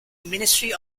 ministry